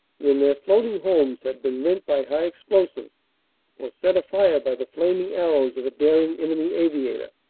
when their floating homes had been rent by high explosive or set afire by the flaming arrows of a daring enemy aviator.